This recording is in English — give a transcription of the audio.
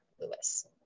lewis